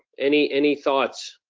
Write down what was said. any any thoughts?